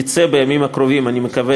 יצא בימים הקרובים, אני מקווה